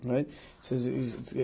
Right